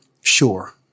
sure